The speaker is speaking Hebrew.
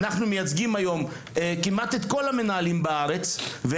אנחנו מייצגים היום כמעט את כל המנהלים בארץ,